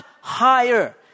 higher